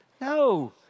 no